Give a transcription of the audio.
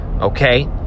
okay